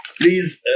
Please